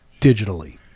digitally